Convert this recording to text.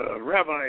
Rabbi